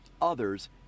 Others